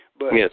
Yes